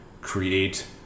create